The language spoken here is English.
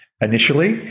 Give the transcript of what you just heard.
Initially